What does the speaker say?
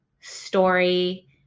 story